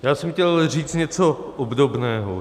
Já jsem chtěl říci něco obdobného.